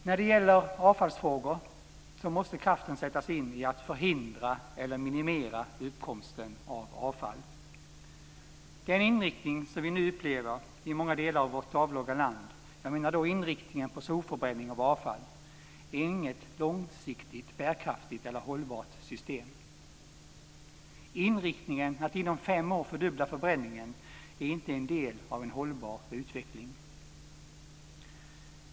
När det gäller avfallsfrågor måste kraft sättas in för att förhindra eller minimera uppkomsten av avfall. Den inriktning som vi nu upplever i många delar av vårt avlånga land - jag menar då inriktningen på sopförbränning av avfall - är inget långsiktigt bärkraftigt eller hållbart system. Inriktningen att inom fem år fördubbla förbränningen är inte en del av en hållbar utveckling.